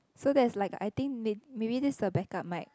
so that's like I think maybe this is a back up mic